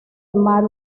mar